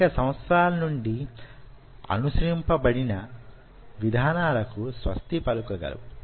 అనేక సంవత్సరాల నుండి అనుసరింపబడిన విధానాలకు స్వస్తి పలుకగలవు